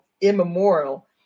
immemorial